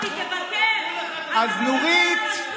אני ויתרתי על התוספת, אתה לא ויתרת.